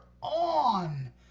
on